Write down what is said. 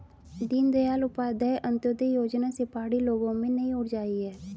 दीनदयाल उपाध्याय अंत्योदय योजना से पहाड़ी लोगों में नई ऊर्जा आई है